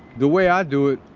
the way i do it,